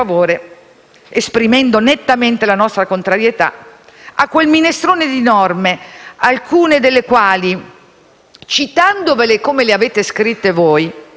a quel minestrone di norme, alcune delle quali, citandovele come le avete scritte voi, segnalano la vostra totale confusione politica.